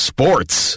Sports